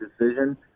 decision